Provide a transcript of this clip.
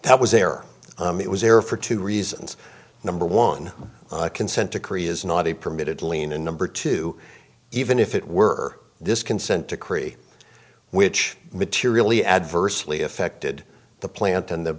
that was there it was there for two reasons number one a consent decree is not a permitted lien and number two even if it were this consent decree which materially adversely affected the plant and the